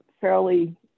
fairly